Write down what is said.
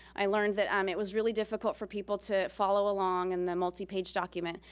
i learned that um it was really difficult for people to follow along in the multi-page document,